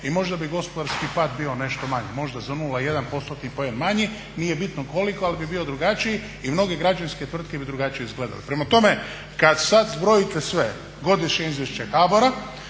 i možda bi gospodarski pad bio nešto manji, možda za 0,1 postotni poen manji. Nije bitno koliko, ali bi bio drugačiji i mnoge građevinske tvrtke bi drugačije izgledale. Prema tome, kad sad zbrojite sve Godišnje izvješće HBOR-a,